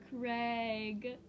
Craig